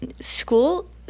school